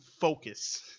focus